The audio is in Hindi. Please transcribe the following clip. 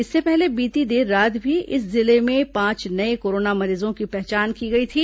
इससे पहले बीती देर रात भी इस जिले में पांच नए कोरोना मरीजों की पहचान की गई थी